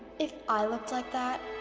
if i looked like that,